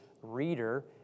reader